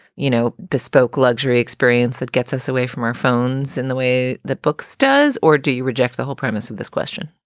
you know, bespoke luxury experience that gets us away from our phones in the way that books does? or do you reject the whole premise of this question?